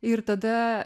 ir tada